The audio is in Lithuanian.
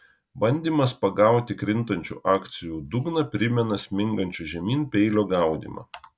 bandymas pagauti krintančių akcijų dugną primena smingančio žemyn peilio gaudymą